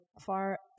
far